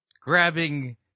grabbing